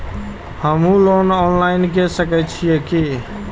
हमू loan online के सके छीये की?